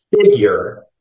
figure